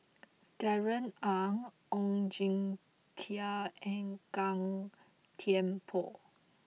Darrell Ang Oon Jin Teik and Gan Thiam Poh